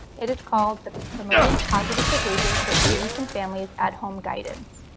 it is called the promoting positive behavior for students and families at home guidance.